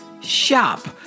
shop